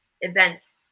events